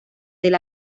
del